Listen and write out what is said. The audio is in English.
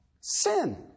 sin